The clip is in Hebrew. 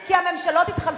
כי הממשלות התחלפו,